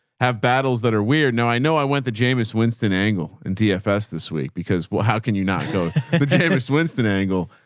have battles that are weird. no, i know i went the jamis winston angle and dfs this week because, well, how can you not go winston angle?